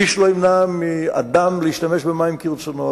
איש לא ימנע מאדם להשתמש במים כרצונו,